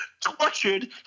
tortured